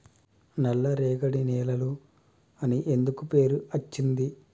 నల్లరేగడి నేలలు అని ఎందుకు పేరు అచ్చింది?